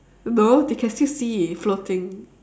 no they can still see floating